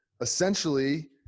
Essentially